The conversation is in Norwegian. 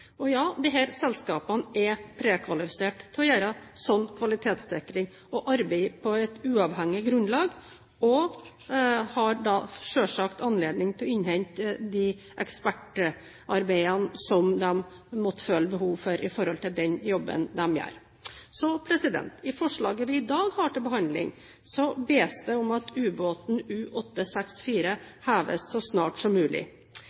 Og ja, disse selskapene er prekvalifisert til å gjøre slik kvalitetssikring og arbeider på et uavhengig grunnlag. De har da selvsagt anledning til å innhente de ekspertarbeidene som de måtte føle behov for i den jobben de gjør. I forslaget vi i dag har til behandling, bes det om at ubåten U-864 heves så snart som mulig.